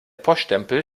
poststempel